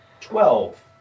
Twelve